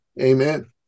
Amen